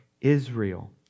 Israel